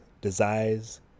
desires